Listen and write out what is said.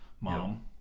mom